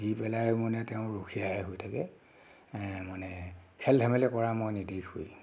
দি পেলাই মানে তেওঁ ৰখীয়াহে হৈ থাকে এ মানে খেল ধেমালি কৰা মই নেদেখোঁৱেই